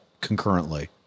concurrently